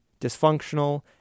dysfunctional